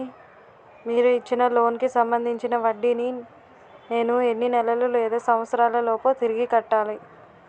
మీరు ఇచ్చిన లోన్ కి సంబందించిన వడ్డీని నేను ఎన్ని నెలలు లేదా సంవత్సరాలలోపు తిరిగి కట్టాలి?